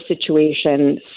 situation